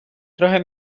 trochę